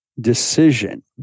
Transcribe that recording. decision